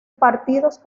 partidos